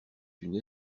une